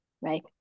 right